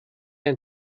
ein